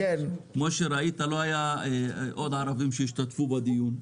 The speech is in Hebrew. כפי שראית, לא היו עוד ערבים שהשתתפו בדיון.